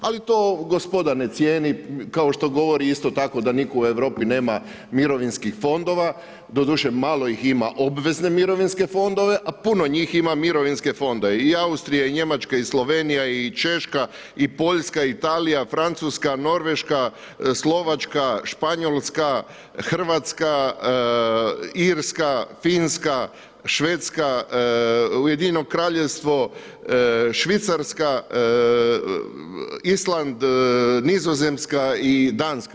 Ali to gospoda ne cijeni, kao što govori isto tako da nitko u Europi nema mirovinskh fondova, doduše malo ih ima obvezne mirovinske fondove, a puno njih ima mirovinske fondove i Austrija i Njemačka i Slovenija i Češka i Poljska, Italija, Francuska, Norveška, Slovačka, Španjolska, Hrvatska, Irska, Finska, Švedska, UK, Švicarska, Island, Nizozemka i Danska.